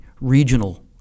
regional